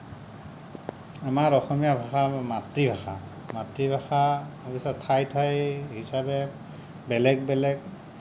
আমাৰ অসমীয়া ভাষা মাতৃভাষা মাতৃভাষা তাৰপিছত ঠাই ঠাই হিচাপে বেলেগ বেলেগ